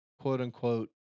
quote-unquote